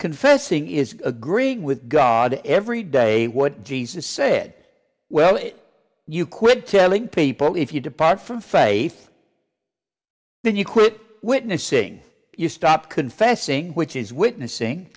confessing is agreeing with god every day what jesus said well if you quit telling people if you depart from faith then you quit witnessing you stop confessing which is witnessing